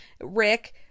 Rick